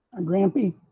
Grampy